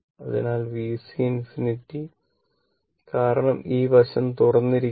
അതിനാൽ VC ∞ കാരണം ഈ വശം തുറന്നിരിക്കുന്നു